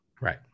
Right